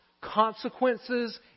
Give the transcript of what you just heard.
Consequences